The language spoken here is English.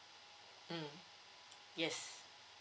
mm yes